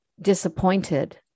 disappointed